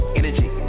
energy